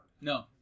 No